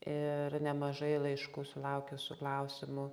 ir nemažai laiškų sulaukiau su klausimu